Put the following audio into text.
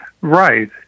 Right